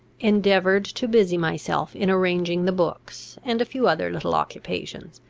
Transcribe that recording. endeavoured to busy myself in arranging the books, and a few other little occupations,